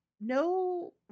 No